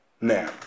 Now